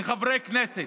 כחבר כנסת,